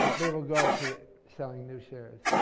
ah they will go to selling their shares.